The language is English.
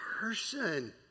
person